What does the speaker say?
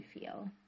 feel